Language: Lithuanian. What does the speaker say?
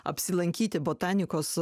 apsilankyti botanikos